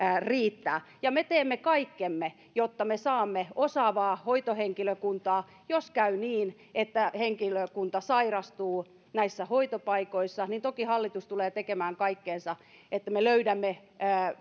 riittää me teemme kaikkemme jotta me saamme osaavaa hoitohenkilökuntaa jos käy niin että henkilökunta sairastuu näissä hoitopaikoissa niin toki hallitus tulee tekemään kaikkensa että me löydämme